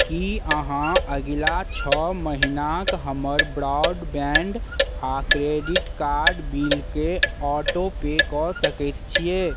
की अहाँ अगिला छओ महीनाक हमर ब्रॉडबैंड आ क्रेडिट कार्ड बिलके ऑटोपे कऽ सकैत छियै